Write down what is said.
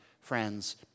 friends